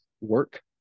work